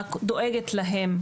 אני רק דואגת להם.